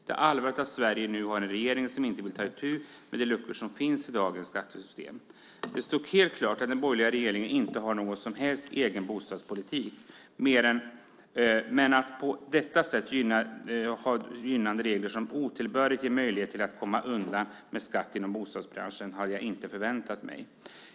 Det är allvarligt att Sverige nu har en regering som inte vill ta itu med de luckor som finns i dagens skattesystem. Det står helt klart att den borgerliga regeringen inte har någon som helst egen bostadspolitik. Men att på detta sätt ha gynnande regler som otillbörligt ger möjligheter att komma undan skatt inom bostadsbranschen hade jag inte förväntat mig.